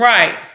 Right